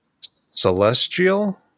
Celestial